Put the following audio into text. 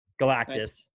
Galactus